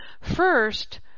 First